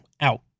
out